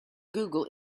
google